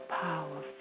powerful